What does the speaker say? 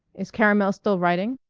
is caramel still writing?